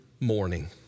morning